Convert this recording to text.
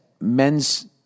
men's